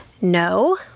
no